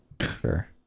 Sure